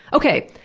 okay,